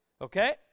okay